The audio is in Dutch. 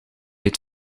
het